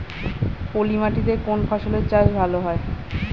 পলি মাটিতে কোন ফসলের চাষ ভালো হয়?